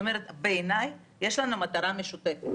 בעיני יש לנו מטרה משותפת.